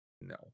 no